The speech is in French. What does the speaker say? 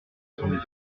semblait